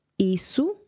Isso